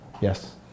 yes